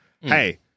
hey